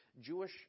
Jewish